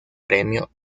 premio